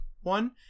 one